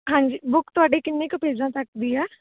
ਹਾਂਜੀ ਬੁੱਕ ਤੁਹਾਡੀ ਕਿੰਨੇ ਕ ਪੇਜਾਂ ਤੱਕ ਦੀ ਆ